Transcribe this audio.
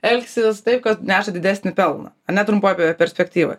elgsis taip kas neša didesnį pelną ar ne trumpoj perspektyvoj